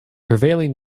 prevailing